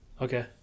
okay